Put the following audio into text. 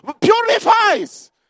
purifies